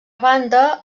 banda